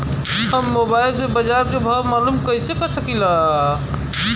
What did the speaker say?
हम मोबाइल से बाजार के भाव मालूम कइसे कर सकीला?